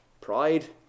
Pride